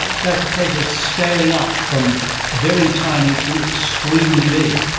um so it's a case of scaling up from very tiny to extremely big.